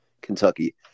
Kentucky